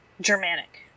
Germanic